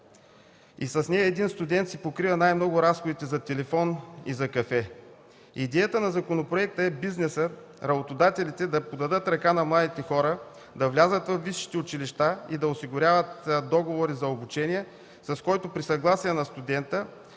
С нея един студент си покрива най-много разходите за телефон и за кафе. Идеята на законопроекта е бизнесът, работодателите да подадат ръка на младите хора, да влязат във висшите училища и да осигуряват договори за обучение, с които при съгласие на студента